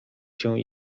się